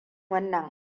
wannan